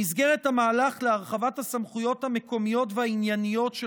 במסגרת המהלך להרחבת הסמכויות המקומיות והענייניות של